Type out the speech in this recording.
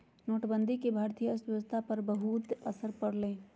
नोटबंदी से भारतीय अर्थव्यवस्था पर बहुत असर पड़ लय